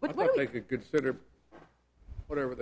but like a good fit or whatever